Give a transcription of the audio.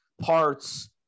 parts